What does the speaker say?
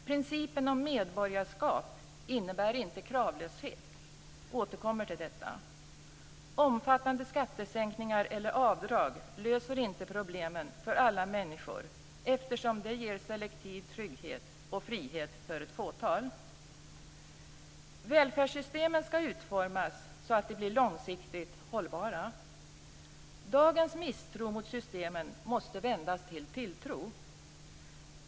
Principen om medborgarskap innebär inte kravlöshet - jag återkommer till detta. Omfattande skattesänkningar eller avdrag löser inte problemen för alla människor eftersom det ger selektiv trygghet och frihet för ett fåtal. Välfärdssystemen skall utformas så att de blir långsiktigt hållbara. Dagens misstro mot systemen måste vändas till tilltro.